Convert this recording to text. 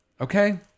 Okay